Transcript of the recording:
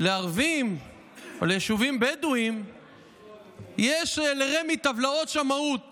לערבים או ליישובים בדואיים יש לרמ"י טבלאות שמאות